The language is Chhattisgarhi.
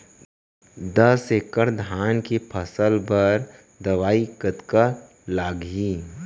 दस एकड़ धान के फसल बर दवई कतका लागही?